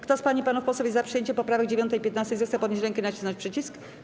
Kto z pań i panów posłów jest za przyjęciem poprawek 9. i 15., zechce podnieść rękę i nacisnąć przycisk.